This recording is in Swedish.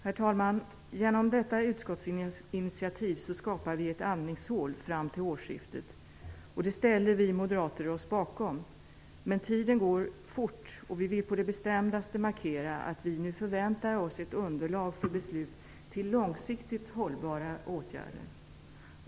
Herr talman! Genom detta utskottsinitiativ skapar vi ett andningshål fram till årsskiftet. Det ställer vi moderater oss bakom. Men tiden går fort och vi vill på det bestämdaste markera att vi nu förväntar oss ett underlag för beslut om långsiktigt hållbara åtgärder.